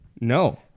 No